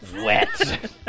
wet